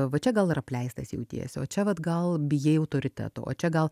va čia gal ir apleistas jautiesi o čia vat gal bijai autoriteto o čia gal